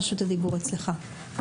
רשות הדיבור שלך.